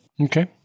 Okay